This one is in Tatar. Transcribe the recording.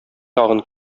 тагын